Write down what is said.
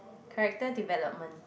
character development